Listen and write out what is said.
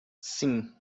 sim